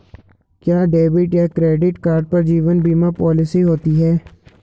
क्या डेबिट या credit card पर जीवन बीमा पॉलिसी होती है?